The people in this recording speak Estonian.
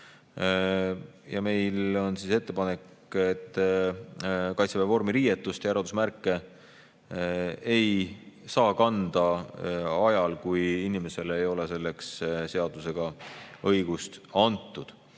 Meil on ettepanek, et Kaitseväe vormiriietust ja eraldusmärke ei saaks kanda ajal, kui inimesele ei ole selleks seadusega õigust antud.